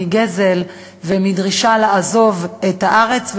מגזל ומדרישה לעזוב את הארץ,